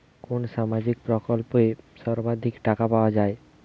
কোন সামাজিক প্রকল্পে সর্বাধিক টাকা পাওয়া য়ায়?